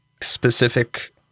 specific